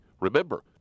Remember